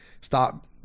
stop